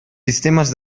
sistemes